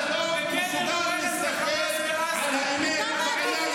אתה לא מסוגל להסתכל לאמת בעיניים.